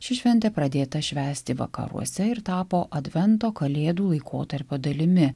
ši šventė pradėta švęsti vakaruose ir tapo advento kalėdų laikotarpio dalimi